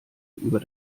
über